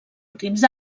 últims